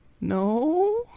No